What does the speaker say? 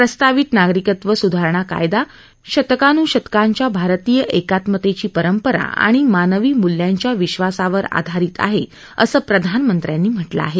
प्रस्तावित नागरिकत्व सुधारणा कायदा शतकानुशतकांच्या भारतीय एकात्मतेची परंपरा आणि मानवी मूल्यांच्या विश्वासावर आधारित आहे असं प्रधानमंत्र्यांनी म्हटलं आहे